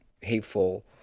hateful